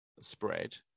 spread